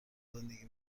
زندگی